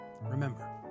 Remember